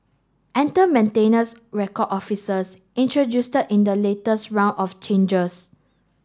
enter maintenance record officers introduce in the latest round of changes